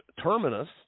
Terminus